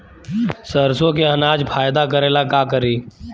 सरसो के अनाज फायदा करेला का करी?